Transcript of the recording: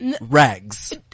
rags